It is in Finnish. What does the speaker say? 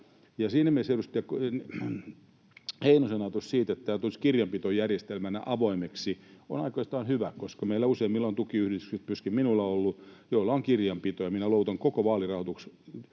Siinä mielessä edustaja Heinosen ajatus siitä, että tämä tulisi kirjanpitojärjestelmänä avoimeksi, on oikeastaan hyvä, koska meillä useimmilla on tukiyhdistys, jolla on kirjanpitoa, myöskin minulla on ollut.